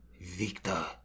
Victor